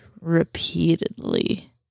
repeatedly